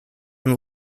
and